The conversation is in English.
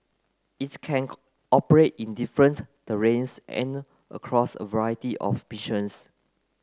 its can operate in different terrains and across a variety of missions